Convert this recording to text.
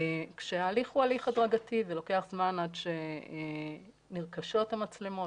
כשההליך הוא הליך הדרגתי ולוקח זמן עד שנרכשות המצלמות.